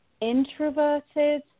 introverted